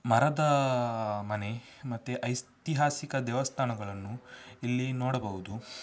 ಮರದ ಮನೆ ಮತ್ತು ಐತಿಹಾಸಿಕ ದೇವಸ್ಥಾನಗಳನ್ನು ಇಲ್ಲಿ ನೋಡಬಹುದು